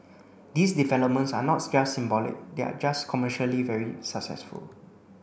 these developments are not just symbolic they are just commercially very successful